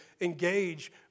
engage